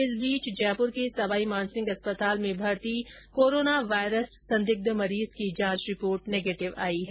इस बीच जयपुर के सवाई मानसिंह अस्पताल में भर्ती कोरोना वायरस संदिग्ध मरीज की जांच रिपोर्टे नेगेटिव आई है